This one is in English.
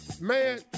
man